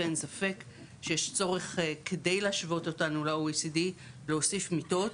ואין ספק שיש צורך כדי להשוות אותנו ל OECD להוסיף מיטות